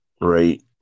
Right